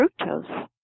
fructose